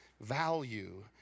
value